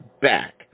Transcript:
back